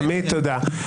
עמית, תודה.